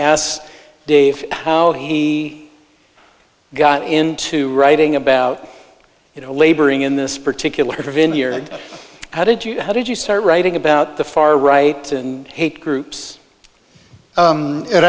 asked dave how he got into writing about you know laboring in this particular vineyard how did you how did you start writing about the far right hate groups